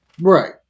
Right